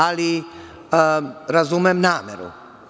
Ali, razumem nameru.